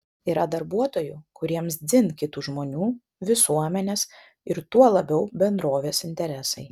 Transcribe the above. yra darbuotojų kuriems dzin kitų žmonių visuomenės ir tuo labiau bendrovės interesai